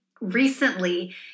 recently